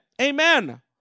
amen